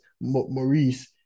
Maurice